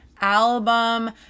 album